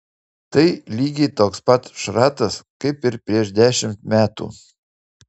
tai lygiai toks pat šratas kaip ir prieš dešimt metų